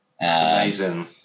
amazing